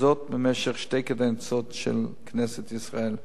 וזאת במשך שתי קדנציות של כנסת ישראל.